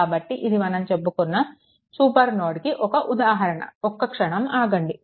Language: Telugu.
కాబట్టి ఇది మనం చెప్పుకునే సూపర్ నోడ్కి ఒక ఉదాహరణ ఒక్క క్షణం ఆగండి